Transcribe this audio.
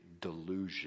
delusion